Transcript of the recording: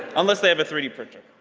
unless they have a three d printer,